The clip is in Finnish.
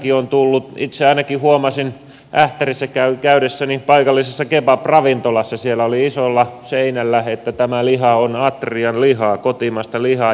itse ainakin huomasin ähtärissä käydessäni paikallisessa kebabravintolassa että siellä oli isolla seinällä että tämä liha on atrian lihaa kotimaista lihaa